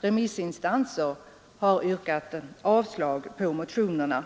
remissinstanser har yrkat avslag på motionerna.